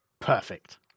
Perfect